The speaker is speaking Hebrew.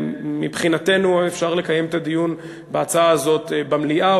מבחינתנו אפשר לקיים את הדיון בהצעה הזאת במליאה,